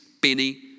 Benny